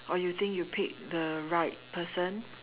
or you think you pick the right person